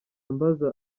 ambaza